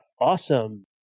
Awesome